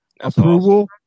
approval